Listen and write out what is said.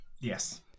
yes